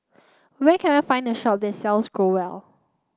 where can I find a shop that sells Growell